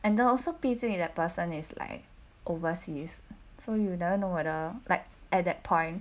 and that also 毕竟 that person is like overseas so you don't know whether like at that point